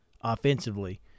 offensively